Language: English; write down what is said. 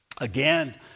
again